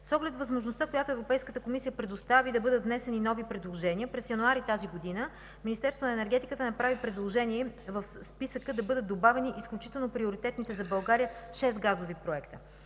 С оглед възможността, която Европейската комисия предостави, да бъдат внесени нови предложения, през месец януари тази година Министерството на енергетиката направи предложение в списъка да бъдат добавени изключително приоритетните за България шест газови проекта: